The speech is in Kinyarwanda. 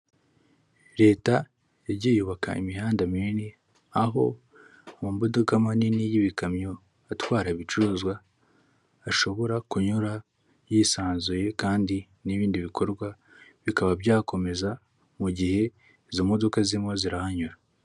Leta yagiye yubaka imihanda minini, aho mumodoka manini y'ibikamyo atwara ibicuruzwa ashobora kunyura yisanzuye kandi n'ibindi bikorwa bikaba byakomeza mu gihe izo modoka zirimo zirahanyura.